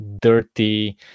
dirty